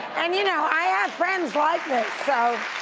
and you know i ah have friends like this, so.